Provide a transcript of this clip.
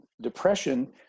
depression